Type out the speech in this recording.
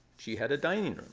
she had a dining